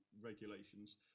regulations